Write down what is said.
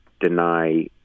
deny